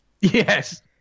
Yes